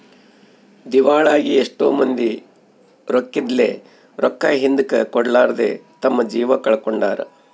ದಿವಾಳಾಗಿ ಎಷ್ಟೊ ಮಂದಿ ರೊಕ್ಕಿದ್ಲೆ, ರೊಕ್ಕ ಹಿಂದುಕ ಕೊಡರ್ಲಾದೆ ತಮ್ಮ ಜೀವ ಕಳಕೊಂಡಾರ